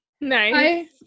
Nice